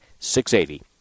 680